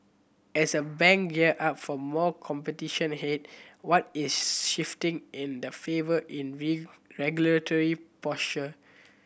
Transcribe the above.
as a bank gear up for more competition ahead what is shifting in the favour in regulatory posture